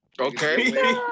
Okay